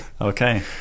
Okay